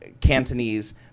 Cantonese